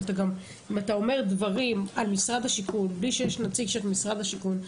אבל אם אתה אומר דברים על משרד השיכון בלי שיש נציג של משרד השיכון,